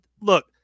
look